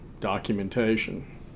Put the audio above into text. documentation